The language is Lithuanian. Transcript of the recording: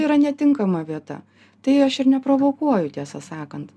yra netinkama vieta tai aš ir neprovokuoju tiesą sakant